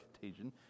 contagion